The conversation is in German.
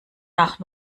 nach